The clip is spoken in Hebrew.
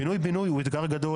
פינוי בינוי הוא אתגר גדול.